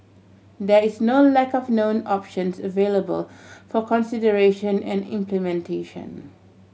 there is no lack of known options available for consideration and implementation